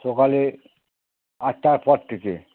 সকালে আটটার পর থেকে